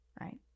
right